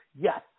Yes